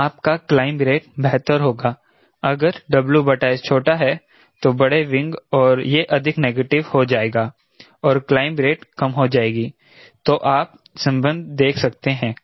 तो आपका climb rate बेहतर होगा अगर WS छोटा है तो बड़े विंग और यह अधिक नेगेटिव हो जाएगा और क्लाइंब रेट कम हो जाएगी तो आप सम्बन्ध देख सकते हैं